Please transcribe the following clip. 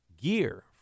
gear